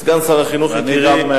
סגן שר החינוך יקירי,